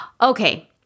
Okay